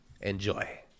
Enjoy